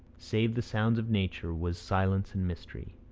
save the sounds of nature, was silence and mystery.